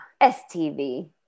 STV